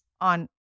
on